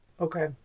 Okay